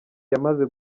yamaze